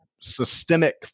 systemic